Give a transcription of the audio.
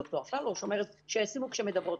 את ד"ר אפללו שאומרת שישימו כשהן מדברות.